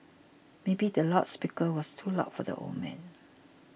maybe the loud speaker was too loud for the old man